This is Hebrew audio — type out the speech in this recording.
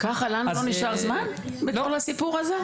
לנו לא נשאר זמן בכל הסיפור הזה?